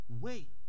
wait